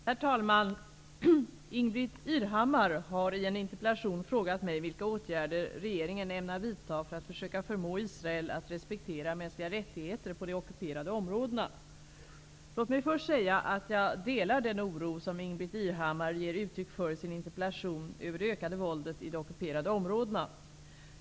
Herr talman! Ingbritt Irhammar har i en interpellation frågat mig vilka åtgärder regeringen ämnar vidta för att försöka förmå Israel att respektera mänskliga rättigheter på de ockuperade områdena. Låt mig först säga att jag delar den oro som Ingbritt Irhammar ger uttryck för i sin interpellation över det ökade våldet i de ockuperade områdena.